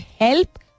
help